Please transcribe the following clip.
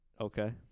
Okay